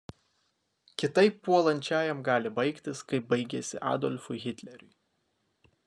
kitaip puolančiajam gali baigtis kaip baigėsi adolfui hitleriui